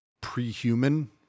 pre-human